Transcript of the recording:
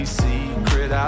secret